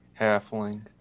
halfling